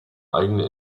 eigene